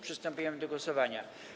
Przystępujemy do głosowania.